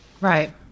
Right